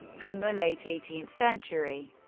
from the late eighteenth century,